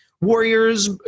Warriors